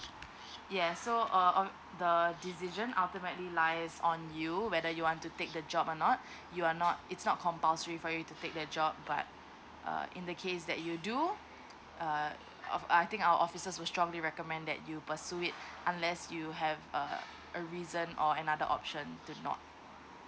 yes so uh um the decision ultimately lies on you whether you want to take the job or not you are not it's not compulsory for you to take the job but uh in the case that you do uh of uh I think our officers will strongly recommend that you pursue it unless you have uh a reason or another option to not